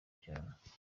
cyane